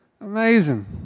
Amazing